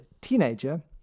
teenager